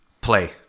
play